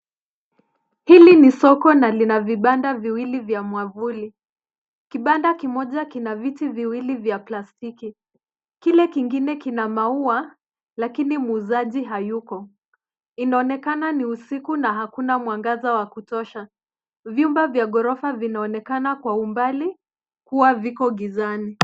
Hili ni soko na lina vibanda viwili vya mwavuli. Kibanda kimoja kina viti viwili vya plastiki. Kile kingine kina maua lakini mwuzaji hayuko. Inaonekana ni usiku na hakuna mwangaza wa kutosha. Vyumba vya ghorofa vinaonekana kwa umbali kuwa viko gizani.